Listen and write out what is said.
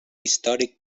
històric